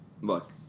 Look